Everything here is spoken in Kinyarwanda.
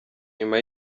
nyuma